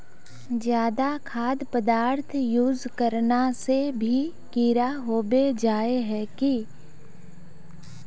ज्यादा खाद पदार्थ यूज करना से भी कीड़ा होबे जाए है की?